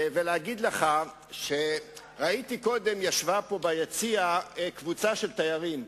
ולהגיד לך שקודם ישבה פה, ביציע, קבוצה של תיירים,